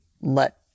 Let